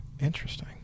Interesting